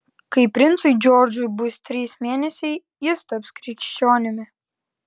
kai princui džordžui bus trys mėnesiai jis taps krikščionimi